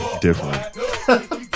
different